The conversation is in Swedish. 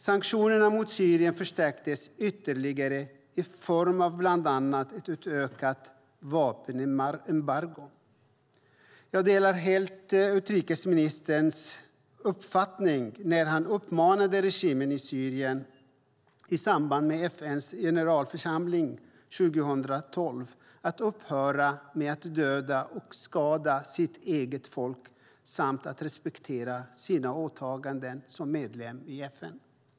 Sanktionerna mot Syrien förstärktes ytterligare i form av bland annat ett utökat vapenembargo. Jag delar helt utrikesministerns uppfattning när han uppmanade regimen i Syrien, i samband med FN:s generalförsamling 2012, att upphöra med att döda och skada sitt eget folk samt att respektera sina åtaganden som medlem i FN.